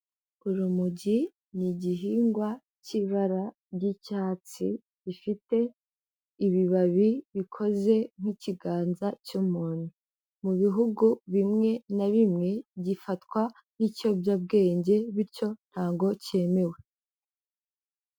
Urumogi ni igihingwa cy'ibara ry'icyatsi gifite ibibabi bikoze nk'ikiganza cy'umuntu, mu bihugu bimwe na bimwe gifatwa nk'ikiyobyabwenge bityo ntabwo cyemewe.